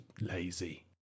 lazy